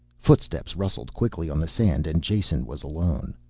footsteps rustled quickly on the sand and jason was alone.